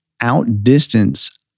outdistance